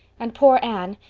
and poor anne,